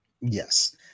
Yes